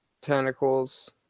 tentacles